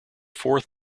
fourth